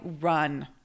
run